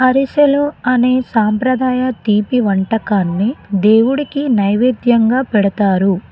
అరిసెలు అనే సాంప్రదాయ తీపి వంటకాన్ని దేవుడికి నైవేద్యంగా పెడతారు